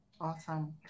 Awesome